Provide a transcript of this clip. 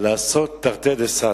לעשות תרתי דסתרי.